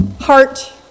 heart